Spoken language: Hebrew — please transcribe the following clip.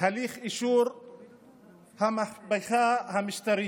הליך אישור המהפכה המשטרית.